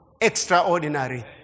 extraordinary